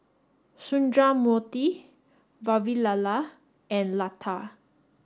Sundramoorthy Vavilala and Lata